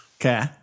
Okay